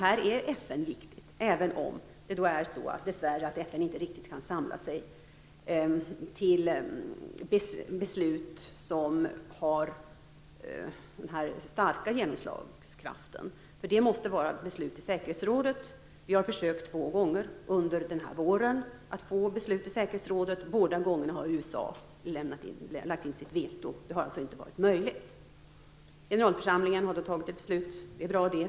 Här är FN viktigt, även om FN dessvärre inte riktigt kan samla sig till beslut som har en stark genomslagskraft. Det måste nämligen fattas beslut i säkerhetsrådet, och vi har två gånger under denna vår försökt att få till stånd beslut i säkerhetsrådet. Båda gångerna har USA lagt in sitt veto, så det har alltså inte varit möjligt. Generalförsamlingen fattade då ett beslut, vilket är bra.